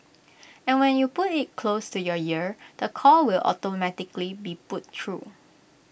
and when you put IT close to your ear the call will automatically be put through